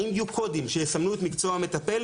האם יהיו קודים שיסמנו את מקצוע המטפל,